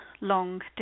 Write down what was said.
long